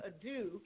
ado